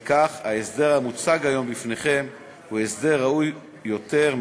וכך ההסדר המוצג היום בפניכם הוא הסדר ראוי יותר,